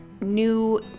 new